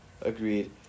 Agreed